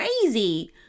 crazy